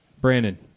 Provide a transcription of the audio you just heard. Brandon